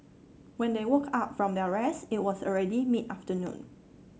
when they woke up from their rest it was already mid afternoon